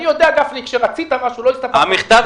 אני יודע, גפני, כשרצית משהו, לא הסתפקת במכתב.